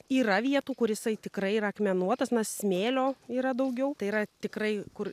yra vietų kur jisai tikrai yra akmenuotas na smėlio yra daugiau tai yra tikrai kur